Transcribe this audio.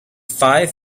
five